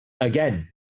again